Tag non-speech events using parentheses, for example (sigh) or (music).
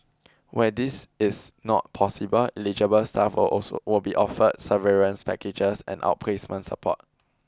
where this is not possible eligible staff will (unintelligible) will be offered severance packages and outplacement support